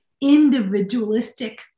individualistic